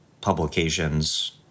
publications